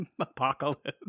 Apocalypse